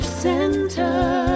center